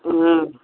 हँ